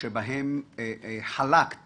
שבהם חלקת